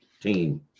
Team